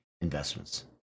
investments